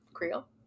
Creole